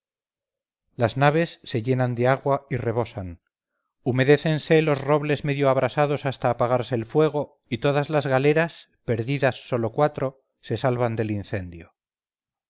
las naves se llenan de agua y rebosan humedécense los robles medio abrasados hasta apagarse el fuego y todas las galeras perdidas sólo cuatro se salvan del incendio